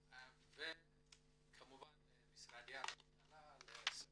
וכמובן למשרדי הממשלה, לסוכנות,